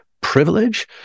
privilege